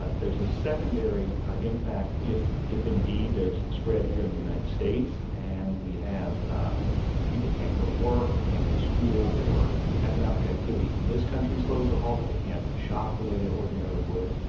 but there's a secondary impact if, indeed, there's spread here in the united states and we have ah people can't go to work or can't go to school or economic activity in this country slows to a halt if they can't shop the way they ordinarily would.